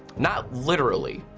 not literally.